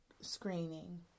screening